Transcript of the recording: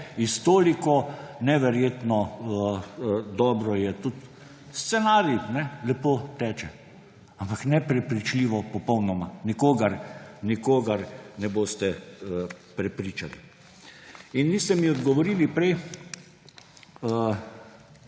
iz toliko … Neverjetno dober je tudi scenarij, kajne. Lepo teče, ampak neprepričljivo popolnoma. Nikogar ne boste prepričali. In niste mi odgovorili prej,